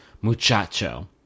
muchacho